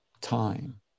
time